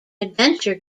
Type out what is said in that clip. adventure